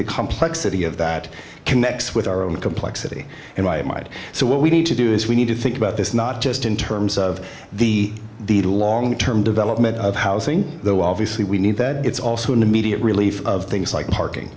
the complexity of that connects with our own complexity and why it might so what we need to do is we need to think about this not just in terms of the the long term development of housing though obviously we need that it's also an immediate relief of things like parking